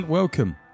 Welcome